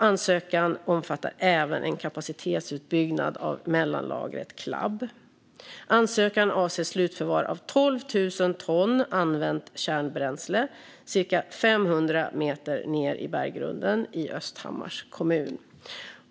Ansökan omfattar även en kapacitetsutbyggnad av mellanlagret Clab. Ansökan avser slutförvar av 12 000 ton använt kärnbränsle ca 500 meter ned i berggrunden i Östhammars kommun.